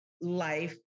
life